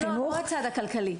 לא הצד הכלכלי.